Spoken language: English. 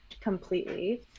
completely